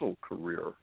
career